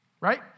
right